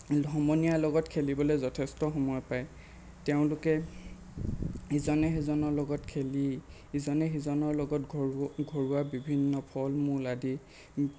সমনীয়াৰ লগত খেলিবলৈ যথেষ্ট সময় পায় তেওঁলোকে ইজনে সিজনৰ লগত খেলি ইজনে সিজনৰ লগত ঘৰুৱা বিভিন্ন ফল মূল আদি